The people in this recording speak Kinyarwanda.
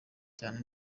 cyane